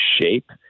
shape